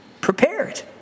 prepared